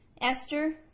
esther